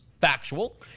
Factual